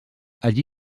allí